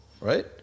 right